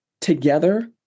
together